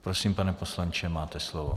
Prosím, pane poslanče, máte slovo.